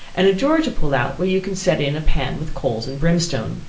and a drawer to pull out where you can set in a pan with coals and brimstone.